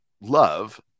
love